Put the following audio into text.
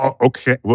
Okay